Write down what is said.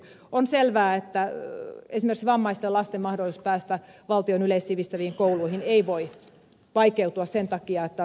on selvää että esimerkiksi vammaisten lasten mahdollisuus päästä valtion yleissivistäviin kouluihin ei voi vaikeutua sen takia että on tuottavuusohjelma